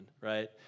right